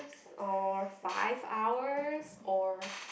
or five hours or